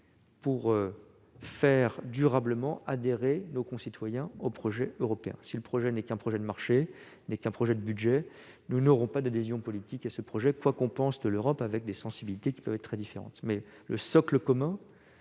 pour faire durablement adhérer nos concitoyens au projet européen. Si ce projet n'est qu'un projet de marché, qu'un projet de budget, il ne suscitera pas d'adhésion politique, quoi qu'on pense de l'Europe, avec des sensibilités qui peuvent être très différentes. Dans tout